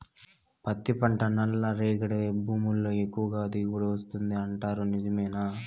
పత్తి పంట నల్లరేగడి భూముల్లో ఎక్కువగా దిగుబడి వస్తుంది అంటారు నిజమేనా